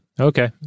okay